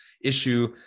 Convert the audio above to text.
issue